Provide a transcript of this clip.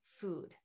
food